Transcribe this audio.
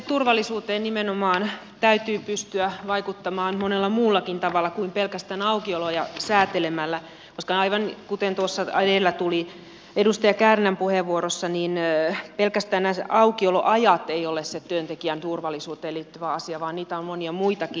turvallisuuteen nimenomaan täytyy pystyä vaikuttamaan monella muullakin tavalla kuin pelkästään aukioloja säätelemällä koska aivan kuten tuossa edellä tuli edustaja kärnän puheenvuorossa esiin pelkästään nämä aukioloajat eivät ole se työntekijän turvallisuuteen liittyvä asia vaan niitä on monia muitakin